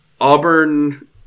Auburn